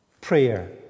prayer